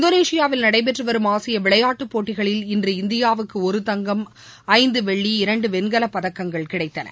இந்தோனேஷியாவில் நடைபெற்று வரும் ஆசிய விளையாட்டுப் போட்டிகளில் இன்று இந்தியாவுக்கு மூன்று வெள்ளி ஒரு வெண்கலப்பதக்கங்கள் கிடைத்தன